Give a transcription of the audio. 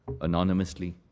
anonymously